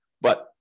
But-